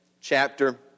chapter